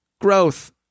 growth